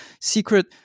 secret